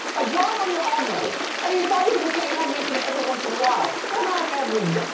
like, ride on your own merits. i mean, if i were a mccain, i'd mention it every once in awhile, but not every.